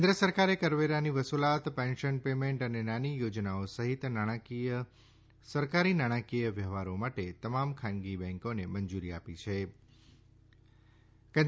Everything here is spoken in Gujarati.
કેન્દ્ર સરકારે કરવેરાની વસુલાત પેન્શન પેમેન્ટ અને નાની યોજનાઓ સહિત સરકારી નાણાંકીય વ્યવહારો માટે તમામ ખાનગી બેંકોને મંજુરી આપી દીધી છે